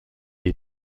est